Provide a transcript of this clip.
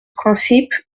principe